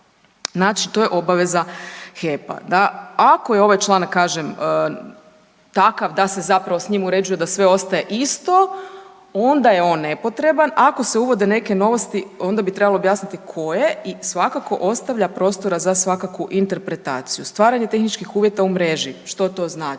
znači to je obaveza HEP-a. Da ako je ovaj članak kažem takav da se zapravo s njim uređuje da sve ostaje isto onda je on nepotreban, ako se uvode neke novosti onda bi trebalo objasniti koje i svakako ostavlja prostora za svakakvu interpretaciju. Stvaranje tehničkih uvjeta u mreži. Što to znači?